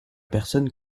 personne